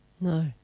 No